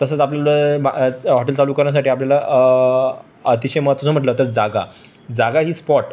तसंच आपल्याकडे बा अॅच् हॉटेल चालू करण्यासाठी आपल्याला अतिशय महत्त्वाचं म्हटलं तर जागा जागा ही स्पॉट